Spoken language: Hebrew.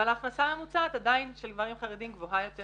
ועדיין ההכנסה הממוצעת של גברים חרדים גבוהה יותר